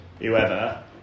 whoever